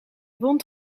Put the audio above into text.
wond